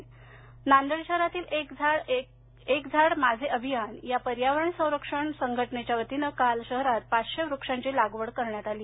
नांदेड नांदेड शहरातील एक झाड माझे अभियान या पर्यावरण संरक्षण संघटनेच्या वतीने काल शहरात पाचशे वृक्षांची लागवड करण्यात आली